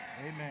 Amen